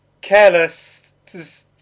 careless